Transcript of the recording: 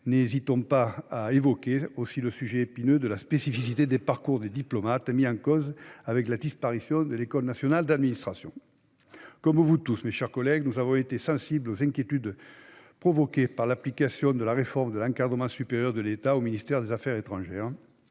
n'hésitons pas évoquer l'épineuse question de la spécificité des parcours des diplomates, remise en cause par la disparition de l'École nationale d'administration (ENA). Comme vous tous, mes chers collègues, nous avons été sensibles aux inquiétudes provoquées par l'application de la réforme de l'encadrement supérieur de l'État au ministère des affaires étrangères.